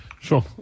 Sure